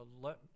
let